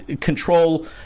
control